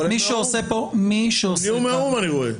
מי שעושה פה --- כי הוא מהאו"ם.